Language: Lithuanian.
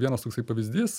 vienas toksai pavyzdys